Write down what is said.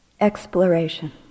Exploration